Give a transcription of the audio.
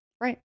Right